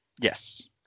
Yes